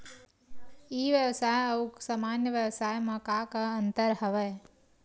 ई व्यवसाय आऊ सामान्य व्यवसाय म का का अंतर हवय?